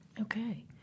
Okay